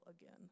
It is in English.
again